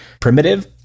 primitive